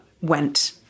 went